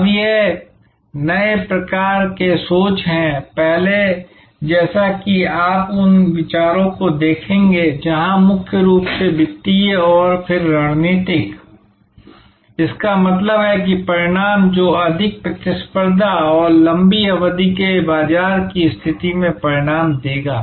अब यह नए प्रकार की सोच है पहले जैसा कि आप उन विचारों को देखेंगे जहां मुख्य रूप से वित्तीय और फिर रणनीतिक इसका मतलब है कि परिणाम जो अधिक प्रतिस्पर्धा और लंबी अवधि के बाजार की स्थिति में परिणाम देगा